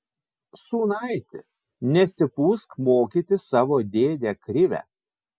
sūnaiti nesipūsk mokyti savo dėdę krivę